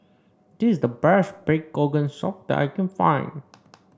this is the best Pig's Organ Soup that I can find